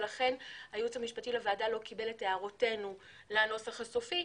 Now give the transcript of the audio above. ולכן הייעוץ המשפטי לוועדה לא קיבל את הערותינו לנוסח הסופי.